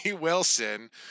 wilson